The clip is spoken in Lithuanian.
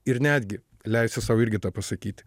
ir netgi leisti sau irgi tą pasakyti